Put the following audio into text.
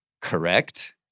Correct